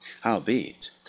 Howbeit